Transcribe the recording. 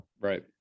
Right